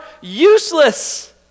useless